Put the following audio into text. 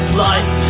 life